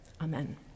amen